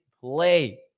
play